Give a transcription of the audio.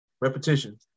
Repetition